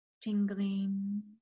tingling